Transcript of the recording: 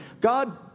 God